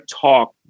talk